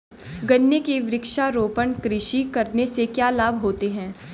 गन्ने की वृक्षारोपण कृषि करने से क्या लाभ होते हैं?